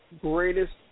greatest